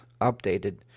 updated